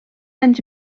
anys